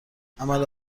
عمل